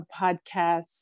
podcast